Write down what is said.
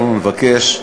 אנחנו נבקש,